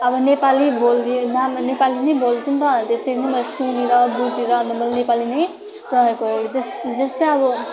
अब नेपाली बोलिदिए नेपाली नै बोल्थे नि त त्यसरी नै मैले सुनेर बुझेर अन्त मैले नेपाली नै प्रयोग गरेको जस्तै अब